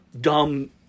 dumb